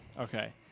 Okay